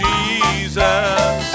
Jesus